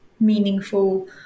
meaningful